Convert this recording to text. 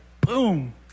boom